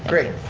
great.